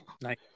Nice